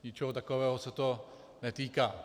Ničeho takového se to netýká.